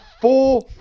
four